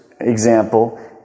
example